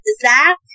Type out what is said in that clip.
Zach